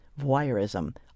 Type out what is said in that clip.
voyeurism